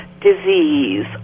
disease